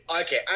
Okay